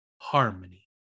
Harmony